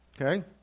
Okay